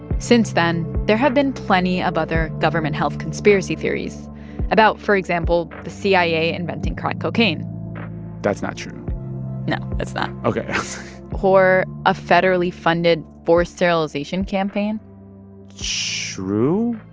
since then there have been plenty of other government health conspiracy theories about, for example, the cia inventing crack cocaine that's not true no, it's not ok or a federally funded forced sterilization campaign true?